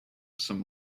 some